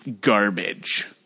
garbage